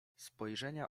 spojrzenia